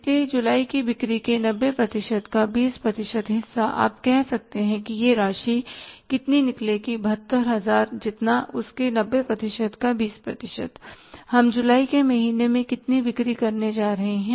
इसलिए जुलाई की बिक्री के 90 प्रतिशत का 20 प्रतिशत हिस्सा आप कह सकते हैं कि यह राशि कितनी निकलेगी 72000 जितना है उसके 90 प्रतिशत का 20 प्रतिशत हम जुलाई के महीने में कितनी बिक्री करने जा रहे हैं